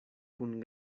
kun